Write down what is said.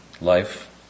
life